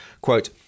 quote